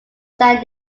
san